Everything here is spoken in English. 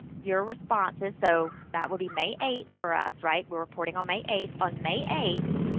your responses, so that would be may eighth for us, right, we're reporting on may eighth, on may eighth,